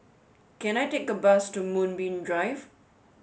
can I take a bus to Moonbeam Drive